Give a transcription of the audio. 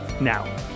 Now